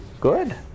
Good